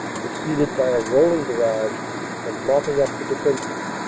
preceded by a rolling barrage and mopping up the defenses.